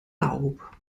laub